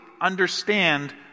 understand